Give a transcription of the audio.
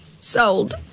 Sold